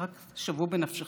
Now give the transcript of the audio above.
ורק שוו בנפשכם,